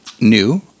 New